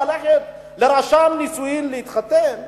ללכת לרשם נישואים להתחתן,